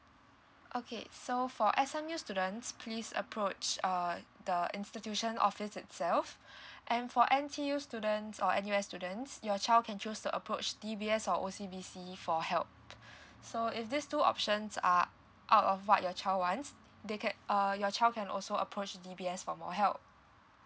okay so for S_M_U students please approach uh the institution office itself and for N_T_U students or N_U_S students your child can choose to approach D_B_S or O_C_B_C for help so if this two options are out of what your child want they can uh your child can also approach D_B_S for more help